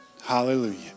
Hallelujah